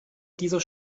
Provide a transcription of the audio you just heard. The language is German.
dieser